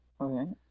Okay